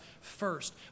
first